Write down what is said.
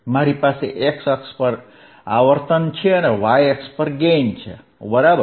મારી પાસે x અક્ષ પર આવર્તન છે અને y અક્ષ પર ગેઇન છે બરાબર